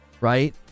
right